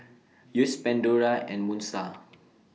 Yeo's Pandora and Moon STAR